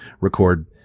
record